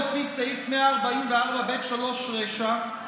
לפי סעיף 144(ב3) רישא,